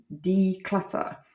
declutter